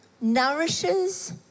nourishes